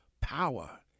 power